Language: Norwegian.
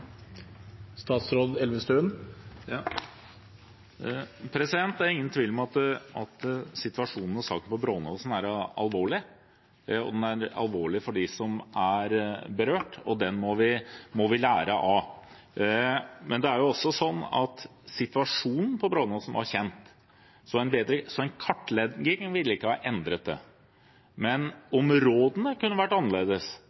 ingen tvil om at situasjonen på Brånåsen er alvorlig, den er alvorlig for dem som er berørt, og vi må lære av den. Men situasjonen på Brånåsen var kjent, så en kartlegging ville ikke ha endret det. Men om rådene kunne vært annerledes, er nettopp det vi vil se på. Derfor er det viktig at Folkehelseinstituttet gjør sin vurdering av om helserådene skal endres. Det